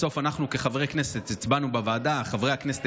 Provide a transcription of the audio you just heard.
בסוף אנחנו כחברי כנסת הצבענו בוועדה וחברי הכנסת